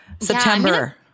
September